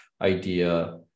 idea